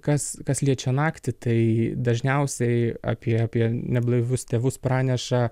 kas kas liečia naktį tai dažniausiai apie apie neblaivius tėvus praneša